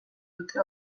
dute